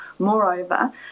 Moreover